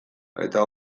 eta